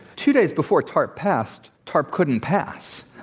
two days before tarp passed, tarp couldn't pass.